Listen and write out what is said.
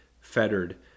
fettered